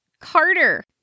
Carter